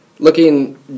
Looking